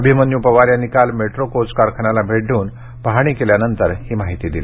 अभिमन्यू पवार यांनी काल metro coach कारखान्याला भेट देव्न पाहाणी केल्यानंतर ही माहिती दिली